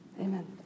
Amen